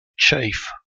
chief